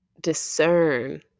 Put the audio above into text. discern